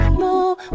move